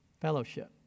Fellowship